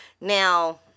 Now